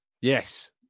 Yes